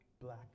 black